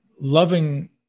loving